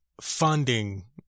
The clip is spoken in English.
funding